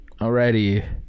Alrighty